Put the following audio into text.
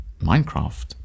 Minecraft